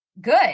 good